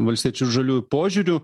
valstiečių ir žaliųjų požiūriu